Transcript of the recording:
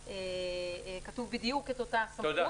כתוב בדיוק אותה הסמכות,